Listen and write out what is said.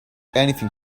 anything